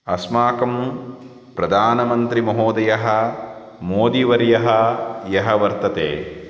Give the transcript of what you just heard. अस्माकं प्रदानमन्त्रिमहोदयः मोदिवर्यः यः वर्तते